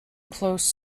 close